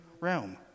realm